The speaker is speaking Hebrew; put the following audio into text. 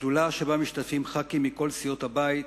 בשדולה משתתפים ח"כים מכל סיעות הבית,